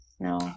No